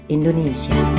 Indonesia